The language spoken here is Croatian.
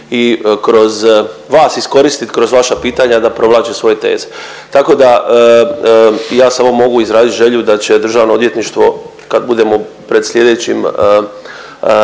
i kroz vas iskoristit, kroz vaša pitanja da provlači svoje teze. Tako da ja samo mogu izrazit želju da će državno odvjetništvo kad budemo pred slijedećim,